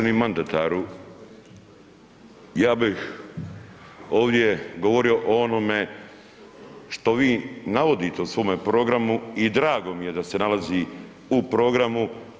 Uvaženi mandataru, ja bih ovdje govorio o onome što vi navodite u svome programu i drago mi je da se nalazi u programu.